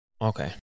Okay